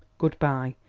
good-by,